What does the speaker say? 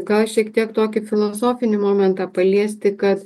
gal šiek tiek tokį filosofinį momentą paliesti kad